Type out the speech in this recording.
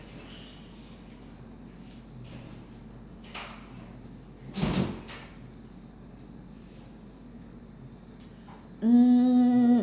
mm